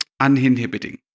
uninhibiting